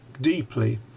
deeply